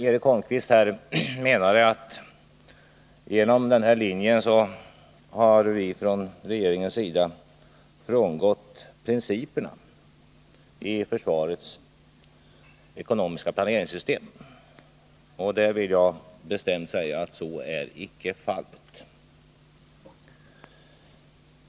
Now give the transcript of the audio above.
Eric Holmqvist menade att vi från regeringens sida genom att följa den här linjen har frångått principerna i försvarets ekonomiska planeringssystem. Jag vill bestämt säga att så är icke fallet.